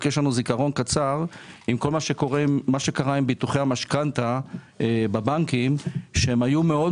יש לנו זיכרון קצר עם כל מה שקרה עם ביטוחי המשכנתאות בבנקים שהם היו מאוד